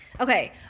Okay